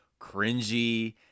cringy